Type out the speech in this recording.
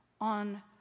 on